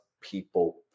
people